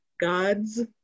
God's